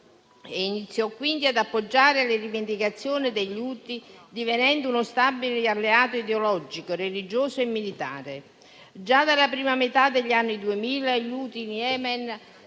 e iniziò quindi ad appoggiare le rivendicazioni degli Houthi, divenendo uno stabile alleato ideologico, religioso e militare. Già dalla prima metà degli anni Duemila gli Houthi in Yemen